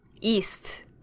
east